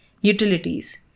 utilities